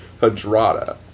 Hadrada